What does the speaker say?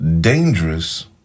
dangerous